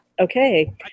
okay